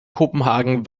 kopenhagen